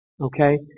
Okay